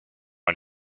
and